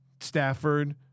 Stafford